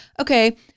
okay